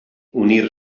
unir